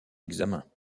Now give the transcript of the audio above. examens